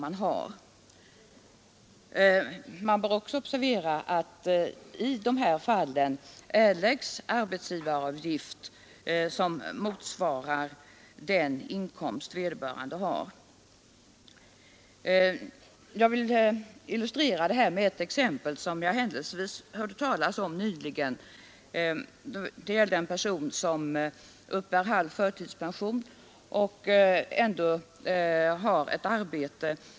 Man bör också observera att i de här fallen erläggs arbetsgivaravgift som motsvarar den inkomst vederbörande har. Jag vill illustrera förhållandena med ett exempel som jag händelsevis hörde talas om nyligen. Det gällde en person som uppbär halv förtidspension och ändå har ett arbete.